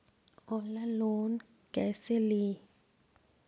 Online loan कैसे ली?